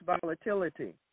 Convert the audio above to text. volatility